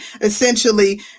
essentially